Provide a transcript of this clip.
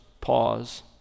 pause